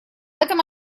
этом